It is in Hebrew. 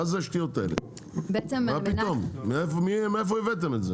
מה פתאום, מאיפה הבאתם את זה?